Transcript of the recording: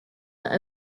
their